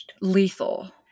lethal